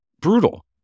Brutal